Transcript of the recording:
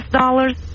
dollars